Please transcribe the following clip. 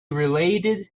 related